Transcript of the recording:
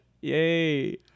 Yay